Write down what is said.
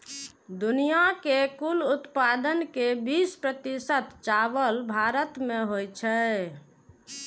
दुनिया के कुल उत्पादन के बीस प्रतिशत चावल भारत मे होइ छै